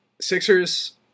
Sixers